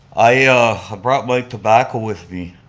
i brought my tobacco with me,